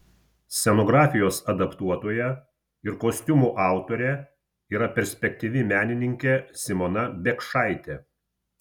scenografijos adaptuotoja ir kostiumų autorė yra perspektyvi menininkė simona biekšaitė